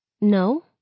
No